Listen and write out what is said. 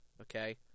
okay